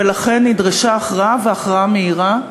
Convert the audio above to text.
ולכן נדרשה הכרעה והכרעה מהירה.